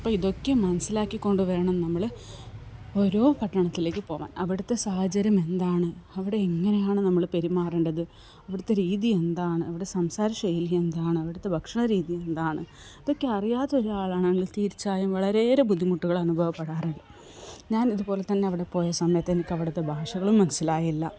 അപ്പോള് ഇതൊക്കെ മനസ്സിലാക്കി കൊണ്ടുവേണം നമ്മള് ഓരോ പട്ടണത്തിലേക്ക് പോവാൻ അവിടത്തെ സാഹചര്യം എന്താണ് അവിടെ എങ്ങനെയാണ് നമ്മള് പെരുമാറേണ്ടത് അവിടത്തെ രീതി എന്താണ് അവരുടെ സംസാര ശൈലി എന്താണ് അവിടത്തെ ഭക്ഷണ രീതി എന്താണ് ഇതൊക്കെ അറിയാത്തൊരാളാണെങ്കിൽ തീർച്ചയായും വളരെയേറെ ബുദ്ധിമുട്ടുകൾ അനുഭവപ്പെടാറുണ്ട് ഞാനിതുപോലെ തന്നെ അവിടെ പോയ സമയത്ത് എനിക്ക് അവിടത്തെ ഭാഷകളും മനസ്സിലായില്ല